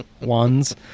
ones